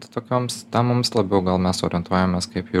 tokioms temoms labiau gal mes orientuojamės kaip ir